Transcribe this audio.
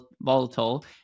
volatile